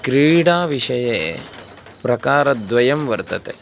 क्रीडाविषये प्रकारद्वयं वर्तते